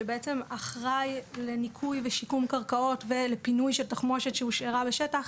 שבעצם אחראי לניקוי ושיקום קרקעות ולפינוי של תחמושת שהושארה בשטח,